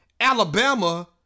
Alabama